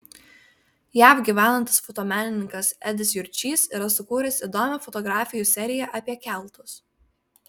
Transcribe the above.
jav gyvenantis fotomenininkas edis jurčys yra sukūręs įdomią fotografijų seriją apie keltus